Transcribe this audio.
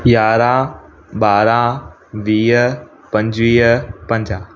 यारहां ॿारहां वीह पंजुवीह पंजाहु